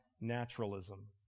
naturalism